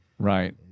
Right